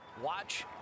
Watch